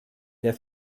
der